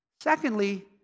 secondly